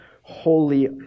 holy